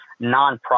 nonprofit